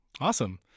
Awesome